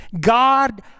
God